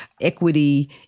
equity